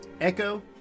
Echo